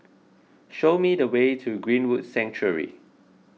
show me the way to Greenwood Sanctuary